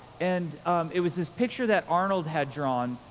and it was this picture that arnold had drawn.